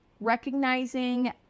Recognizing